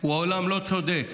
הוא עולם לא צודק.